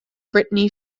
brittany